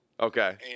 okay